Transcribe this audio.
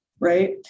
right